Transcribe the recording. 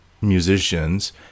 musicians